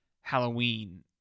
halloween